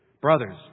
Brothers